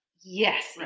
yes